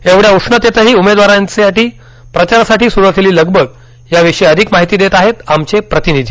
एवढया उष्णतेतही उमेदवारांची प्रचारासाठी स्रू असलेली लगबग याविषयी अधिक माहिती देत आहेत आमचे प्रतिनिधी